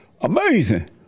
Amazing